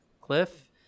cliff